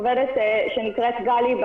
העובדת נקראת גלי,